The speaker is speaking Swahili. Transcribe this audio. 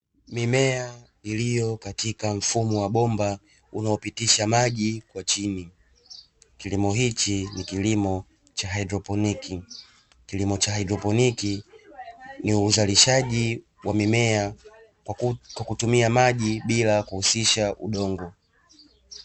Mimea iliyo katika mfumo wa bomba unaopitisha maji kwa chini, kilimo hichi ni kilimo cha haidroponi, kilimo cha haidroponi ni uzalishaji wa mimea kwa kutumia maji bila kuhusisha udongo.